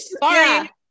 sorry